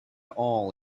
all